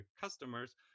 customers